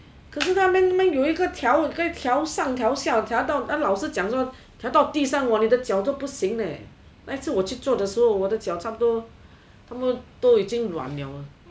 可是那边有一个挑上挑下挑到那个老师说跳到地上你的脚都不行 leh 那一次我去做的时候我的脚差不多都已经染了